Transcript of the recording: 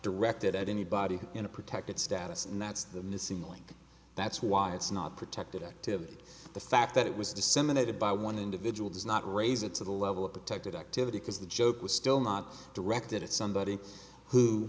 directed at anybody in a protected status and that's the missing link that's why it's not protected activity the fact that it was disseminated by one individual does not raise it to the level of protected activity because the joke was still not directed at somebody who